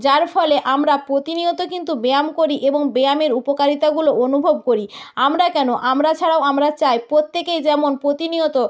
যার ফলে আমরা প্রতিনিয়তই কিন্তু ব্যায়াম করি এবং ব্যায়ামের উপকারিতাগুলো অনুভব করি আমরা কেন আমরা ছাড়াও আমরা চাই প্রত্যেকেই যেমন প্রতিনিয়ত